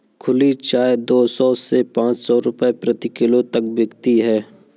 खुली चाय दो सौ से पांच सौ रूपये प्रति किलो तक बिकती है